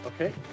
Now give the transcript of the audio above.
Okay